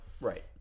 Right